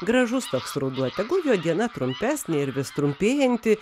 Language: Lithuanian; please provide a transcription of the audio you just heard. gražus toks ruduo tegu jo diena trumpesnė ir vis trumpėjanti